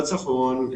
בצפון,